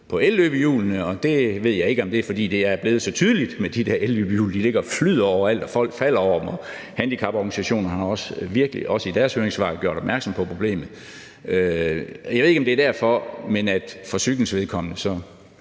med elløbehjulene – og jeg ved ikke, om det er, fordi det er blevet så tydeligt, at de der elløbehjul ligger og flyder overalt, og folk falder over dem, handicaporganisationerne har også i deres høringssvar gjort opmærksom på problemet – men for cyklens vedkommende synes